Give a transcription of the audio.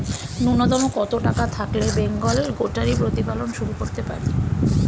নূন্যতম কত টাকা থাকলে বেঙ্গল গোটারি প্রতিপালন শুরু করতে পারি?